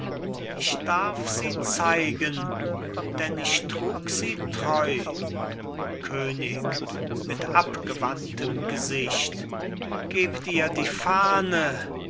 ich darf sie zeigen denn ich trug sie treu könig mit abgewandtem gesicht gebt ihr die fahne